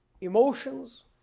emotions